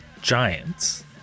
Giants